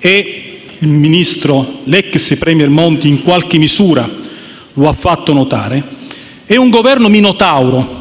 - e l'ex *premier* Monti in qualche misura lo ha fatto notare - è un Governo Minotauro,